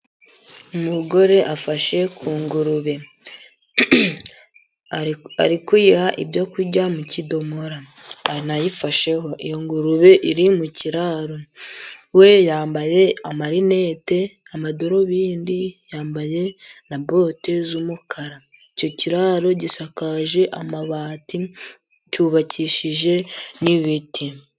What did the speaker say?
Umugore afashe ku ngurube ari kuyiha ibyo kurya mu kidomora anayifasheho, iyo ngurube iri mu kiraro. We yambaye amarinete, amadarubindi ,yambaye na bote z'umukara. Icyo kiraro gisakaje amabati, cyubakishije n'ibiti.